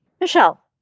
michelle